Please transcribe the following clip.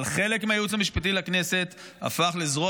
אבל חלק מהייעוץ המשפטי לכנסת הפך לזרוע